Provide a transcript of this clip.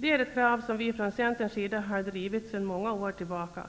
Det är ett krav som vi från Centerns sida har drivit sedan många år tillbaka